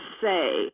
say